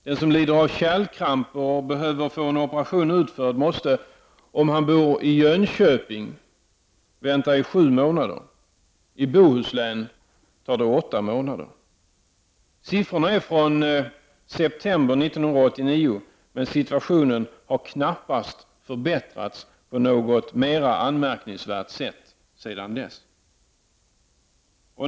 Den som lider av kärlkramp och behöver få en operation utförd måste, om han bor i Jönköping, vänta i 7 månader. I Bohuslän tar det 8 månader. Siffrorna är från september 1989, men situationen har knappast förbättrats på något mera anmärkningsvärt sätt sedan dess.